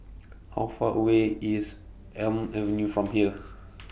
How Far away IS Elm Avenue from here